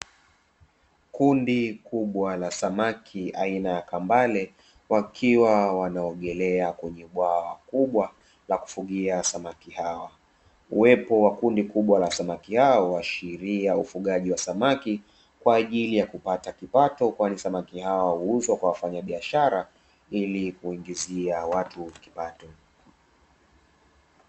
Kundi kubwa la samaki aina ya kambale wakiwa wanaogelea kwenye bwawa kubwa la kufugia samaki hawa, uwepo wa kundi kubwa la samaki hawa uhashiria ufugaji wa samaki kwa ajili ya kupata kipato, kwani samaki hawa huuzwa kwa wafanyabiashara ili kuingizia watu kipato.